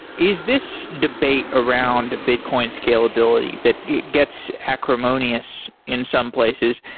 is this debate around bitcoin scalability that gets acrimonious in some places,